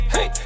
Hey